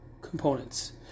components